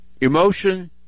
emotion